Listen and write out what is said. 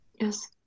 Yes